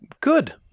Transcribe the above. Good